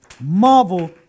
Marvel